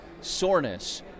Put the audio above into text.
soreness